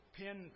pin